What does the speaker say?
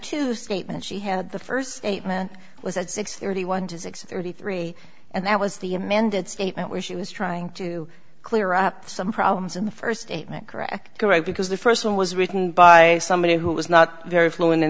statement she had the first statement was at six thirty one to six thirty three and that was the amended statement where she was trying to clear up some problems in the first statement correct correct because the first one was written by somebody who was not very fluent in